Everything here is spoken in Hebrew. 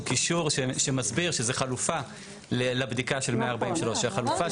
קישור שמסביר שזו חלופה לבדיקה של 143. נכון.